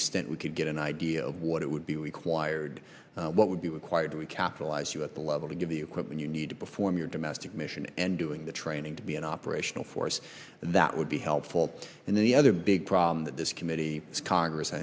extent we could get an idea of what it would be required what would be required to recapitalize you at the level to get the equipment you need to perform your domestic mission and doing the training to be an operational force that would be helpful in the other big problem that this committee congress i